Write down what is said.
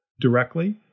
directly